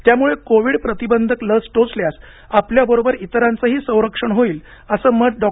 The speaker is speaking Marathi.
त्यामुळे कोविड प्रतिबंधक लस टोचल्यास आपल्याबरोबर इतरांचेही संरक्षण होईल असे मत डॉ